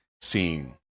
seeing